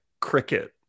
cricket